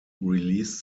released